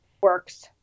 works